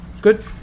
Good